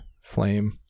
flame